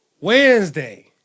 Wednesday